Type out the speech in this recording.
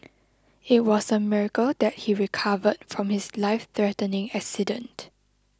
it was a miracle that he recovered from his life threatening accident